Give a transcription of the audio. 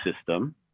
system